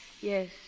Yes